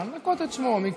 או לנקות את שמו, מיקי.